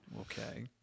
Okay